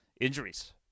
injuries